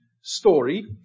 story